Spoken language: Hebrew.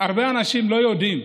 הרבה אנשים לא יודעים,